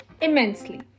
immensely